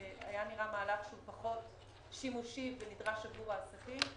זה היה נראה מהלך שהוא פחות שימושי ונדרש עבור העסקים,